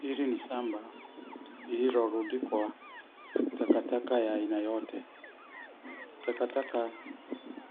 Hili ni shamba lililorundikwa takataka ya aina yote. Takataka